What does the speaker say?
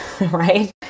right